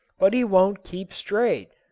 but he won't keep straight.